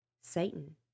Satan